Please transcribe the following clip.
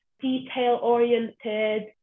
detail-oriented